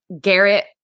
garrett